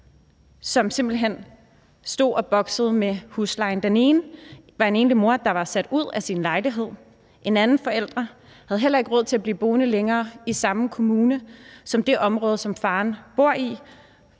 som simpelt hen stod og boksede med huslejen. Den ene var en enlig mor, der var sat ud af sin lejlighed. En anden forælder havde heller ikke råd til at blive boende længere i samme kommune, som er det område, som faren bor i.